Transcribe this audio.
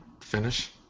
Finish